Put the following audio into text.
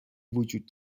وجود